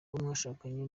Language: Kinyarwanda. mwashakanye